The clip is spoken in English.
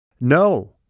No